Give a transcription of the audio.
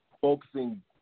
focusing